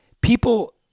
people